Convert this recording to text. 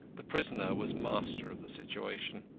the prisoner was master of the situation.